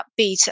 upbeat